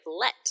let